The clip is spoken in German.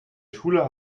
schule